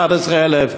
11,000,